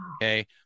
okay